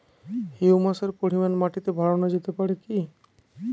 হিউমাসের পরিমান মাটিতে বারানো যেতে পারে কি?